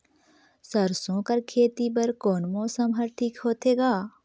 सरसो कर खेती बर कोन मौसम हर ठीक होथे ग?